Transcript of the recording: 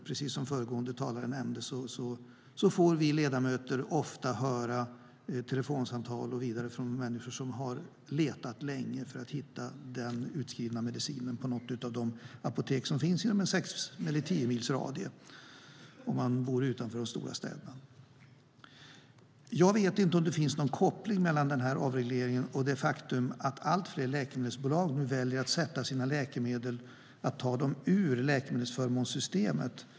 Precis som föregående talare nämnde får vi ledamöter via telefonsamtal och annat ofta höra från människor som har letat länge för att hitta den utskrivna medicinen på något av de apotek som finns inom en tio mils radie. Jag vet inte om det finns en koppling mellan avregleringen och det faktum att allt fler läkemedelsbolag väljer att ta sina läkemedel ur läkemedelsförmånssystemet.